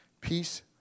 peace